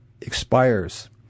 expires